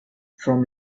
from